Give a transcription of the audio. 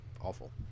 awful